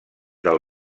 del